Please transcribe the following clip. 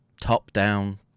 top-down